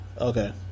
Okay